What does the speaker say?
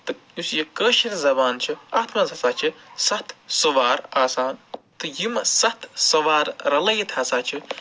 تہٕ یُس یہِ کٲشِر زَبان چھِ اَتھ منٛز ہسا چھِ سَتھ سُوار آسان تہٕ یِم سَتھ سُوار رَلٲوِتھ ہسا چھِ